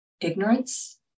ignorance